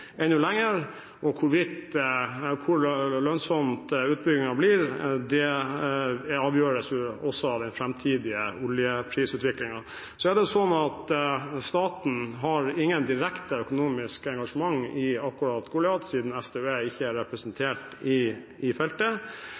enda lenger. Hvor lønnsom utbyggingen blir, avgjøres også av den framtidige oljeprisutviklingen. Staten har ikke noe økonomisk engasjement i Goliat, siden SDØE ikke er representert i feltet.